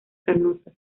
carnosas